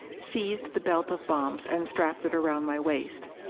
seized the belt of bombs and strapped it around my waist.